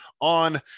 on